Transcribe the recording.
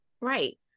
Right